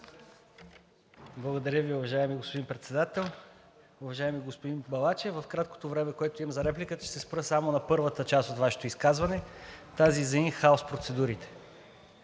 Благодаря Ви, уважаеми господин Председател. Уважаеми господин Балачев, в краткото време, което имам за реплика, ще се спра само на първата част от Вашето изказване – тази за ин хаус процедурите.